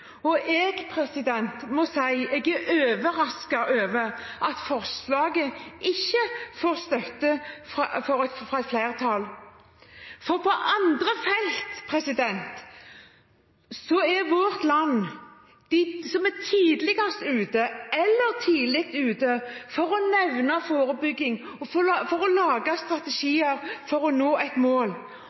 alkoholpolitikken. Jeg må si jeg er overrasket over at forslaget ikke får støtte fra et flertall, for på andre felt er vårt land blant dem som er tidligst ute eller tidlig ute med å nevne forebygging og med å lage strategier for å nå et mål.